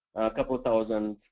couple of thousands.